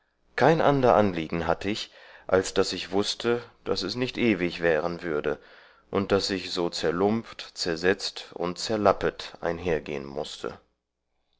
kein ander anliegen hatte ich als daß ich wußte daß es nicht ewig währen würde und daß ich so zerlumpt zersetzt und zerlappet einhergehen mußte